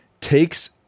takes